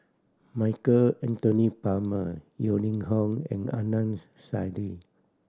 Michael Anthony Palmer Yeo Ning Hong and Adnan's Saidi